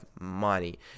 money